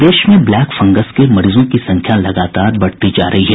प्रदेश में black fungus के मरीजों की संख्या लगातार बढ़ती जा रही है